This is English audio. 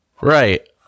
Right